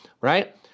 right